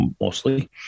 mostly